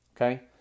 Okay